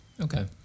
Okay